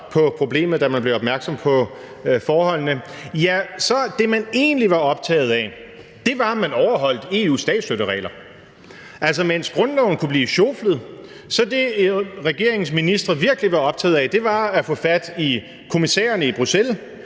på problemet, da man blev opmærksom på forholdene – så var det, som man egentlig var optaget af, at man overholdt EU's statsstøtteregler. Altså, mens grundloven kunne blive sjoflet, var det, som regeringens ministre virkelig var optaget af, at få fat i kommissærerne i Bruxelles